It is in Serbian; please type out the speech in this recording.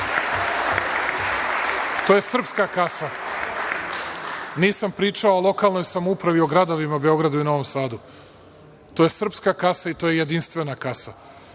to je srpska kasa. Nisam pričao o lokalnoj samoupravi, o gradovima Beogradu i Novom Sadu. To je srpska kasa i to je jedinstvena kasa.